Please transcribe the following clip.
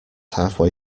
halfway